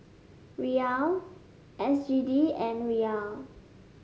Riyal S G D and Riyal